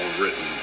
written